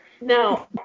now